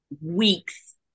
weeks